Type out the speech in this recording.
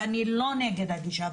ואני לא נגד הגישה,